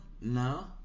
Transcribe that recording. No